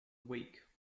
weak